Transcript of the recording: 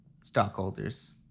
stockholders